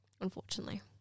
Unfortunately